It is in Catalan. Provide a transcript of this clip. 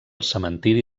cementiri